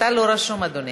אתה לא רשום, אדוני.